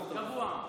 קבוע.